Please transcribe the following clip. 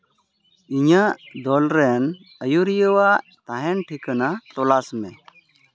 ᱤᱧᱟᱹᱜ ᱫᱚᱞᱨᱮᱱ ᱟᱹᱭᱩᱨᱤᱭᱟᱹᱣᱟᱜ ᱛᱟᱦᱮᱱ ᱴᱷᱤᱠᱟᱹᱱᱟ ᱛᱚᱞᱟᱥ ᱢᱮ